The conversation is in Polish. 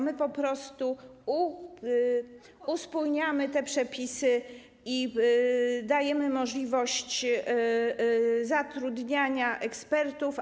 My po prostu uspójniamy te przepisy i dajemy możliwość zatrudniania ekspertów.